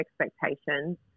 expectations